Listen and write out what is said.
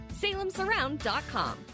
SalemSurround.com